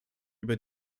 über